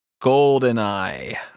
goldeneye